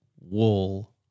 Wool